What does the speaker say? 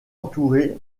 entourés